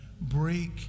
break